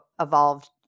evolved